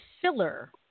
filler